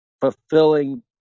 fulfilling